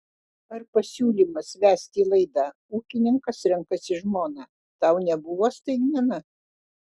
ar pasiūlymas vesti laidą ūkininkas renkasi žmoną tau nebuvo staigmena